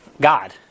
God